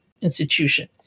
Institution